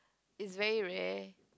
is very rare